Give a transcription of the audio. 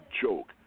joke